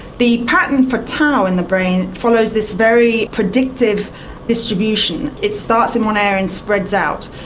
the pattern for tau in the brain follows this very predictive distribution. it starts in one area and spreads out.